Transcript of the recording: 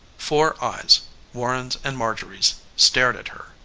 four eyes warren's and marjorie's stared at her,